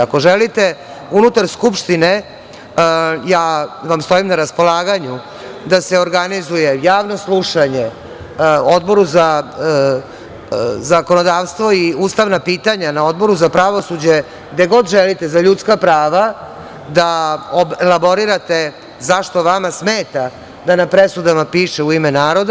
Ako želite unutar Skupštine, ja vam stojim na raspolaganju, da se organizuje javno slušanje na Odboru za ustavna pitanja i zakonodavstvo, na Odboru za pravosuđe, gde god želite, na Odboru za ljudska prava da elaborirate zašto vama smeta da na presudama piše „u ime naroda“